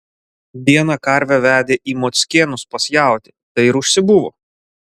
dieną karvę vedė į mockėnus pas jautį tai ir užsibuvo